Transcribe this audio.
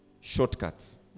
shortcuts